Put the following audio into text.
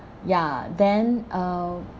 ya then uh